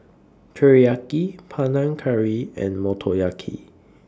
Teriyaki Panang Curry and Motoyaki